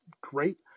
Great